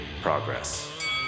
Progress